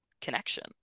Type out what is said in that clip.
connection